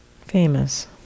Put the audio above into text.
famous